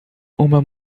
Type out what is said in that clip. uma